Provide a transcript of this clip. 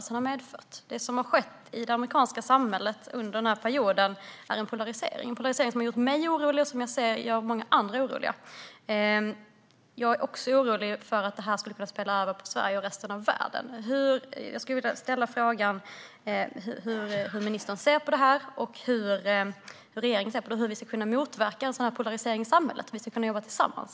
Det har skett en polarisering i det amerikanska samhället som gör mig och många andra oroliga. Jag är också orolig för att detta skulle kunna spilla över på Sverige och resten av världen. Hur ser ministern och regeringen på detta? Hur ska vi motverka en sådan här polarisering i samhället och i stället jobba tillsammans?